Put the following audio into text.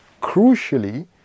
Crucially